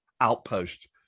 outpost